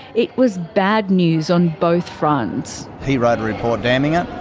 it was bad news on both fronts. he wrote a report damning it,